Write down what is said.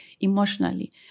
emotionally